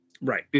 right